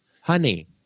honey